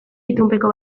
itunpeko